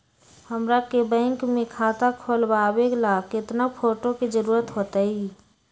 हमरा के बैंक में खाता खोलबाबे ला केतना फोटो के जरूरत होतई?